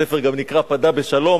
הספר גם נקרא "פדה בשלום".